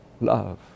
love